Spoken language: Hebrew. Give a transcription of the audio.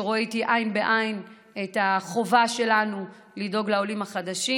שרואה איתי עין בעין את החובה שלנו לדאוג לעולים החדשים,